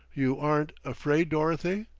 you aren't afraid, dorothy?